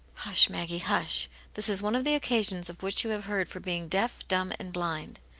hush, maggie, hush this is one of the occasions of which you have heard for being deaf, dumb, and blind.